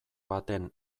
baten